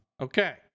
Okay